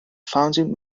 founding